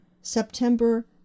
September